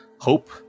hope